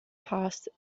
passed